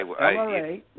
LRA